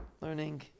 learning